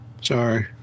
Sorry